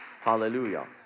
Hallelujah